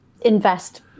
invest